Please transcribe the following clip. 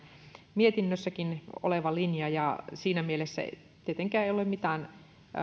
mietinnössäkin oleva linja ja siinä mielessä tietenkään ei ole mitään